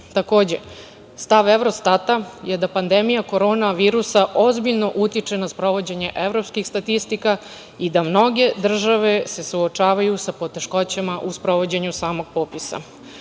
građane. Takođe, stav Evrostata je da pandemija koronavirusa ozbiljno utiče na sprovođenja evropskih statistika i da mnoge države se suočavaju sa poteškoćama u sprovođenju samo popisa. Ono